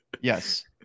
yes